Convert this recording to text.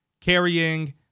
carrying